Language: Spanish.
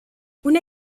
una